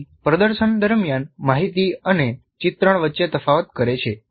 Merrill પ્રદર્શન દરમિયાન માહિતી અને ચિત્રણ વચ્ચે તફાવત કરે છે